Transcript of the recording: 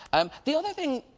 um the other thing,